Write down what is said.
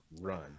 run